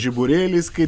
žiburėliais kai